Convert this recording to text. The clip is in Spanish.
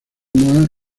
noir